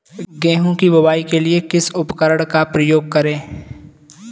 गेहूँ की बुवाई के लिए किस उपकरण का उपयोग करें?